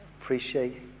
appreciate